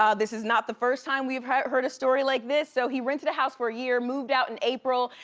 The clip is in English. um this is not the first time we've heard heard a story like this. so he rented a house for a year, moved out in april,